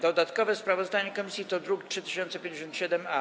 Dodatkowe sprawozdanie komisji to druk nr 3057-A.